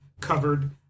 covered